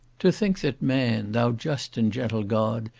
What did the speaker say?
to think that man, thou just and gentle god!